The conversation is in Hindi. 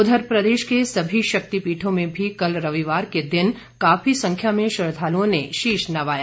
उधर प्रदेश के समी शक्तिपीठों में भी कल रविवार के दिन काफी संख्या में श्रद्दालुओं ने शीश नवाया